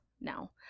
now